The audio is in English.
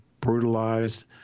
brutalized